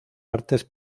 artes